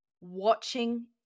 watching